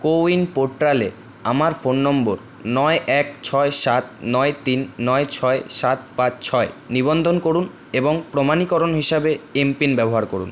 CoWIN পোর্টালে আমার ফোন নম্বর নয় এক ছয় সাত নয় তিন নয় ছয় সাত পাঁচ ছয় নিবন্ধন করুন এবং প্রমাণীকরণ হিসাবে এমপিন ব্যবহার করুন